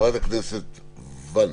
חברת הכנסת וונש.